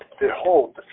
Behold